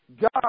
God